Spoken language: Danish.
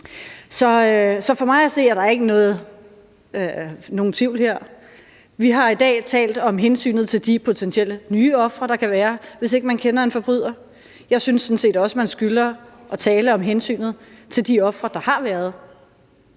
Så for mig at se er der ikke nogen tvivl her. Vi har i dag talt om hensynet til de potentielle nye ofre, der kan være, hvis ikke man kender en forbryder. Jeg synes sådan set også, at man skylder at tale om hensynet til de ofre, der har været.